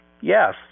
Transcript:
Yes